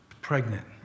pregnant